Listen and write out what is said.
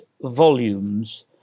volumes